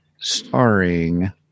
starring